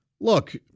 look